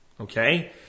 Okay